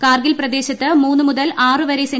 കാർഗിൽ പ്രദേശത്ത് മൂന്നു മുതൽ ആറ് വരെ സെ